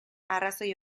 arrazoi